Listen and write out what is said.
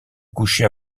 couché